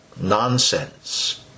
nonsense